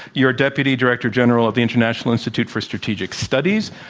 you're a deputy director-general of the international institute for strategic studies.